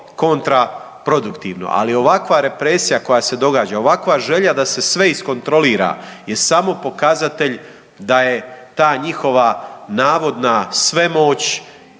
kontraproduktivno, ali ovakva represija koja se događa, ovakva želja da se sve iskontrolira je samo pokazatelj da je ta njihova navodna svemoć